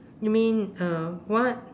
you mean uh what